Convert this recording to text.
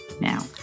Now